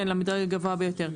למדרג הגבוה ביותר.